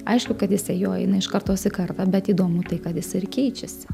aišku kad jisai jau eina iš kartos į kartą bet įdomu tai kad jis ir keičiasi